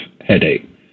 headache